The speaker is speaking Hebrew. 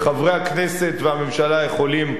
חברי הכנסת והממשלה יכולים,